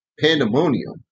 pandemonium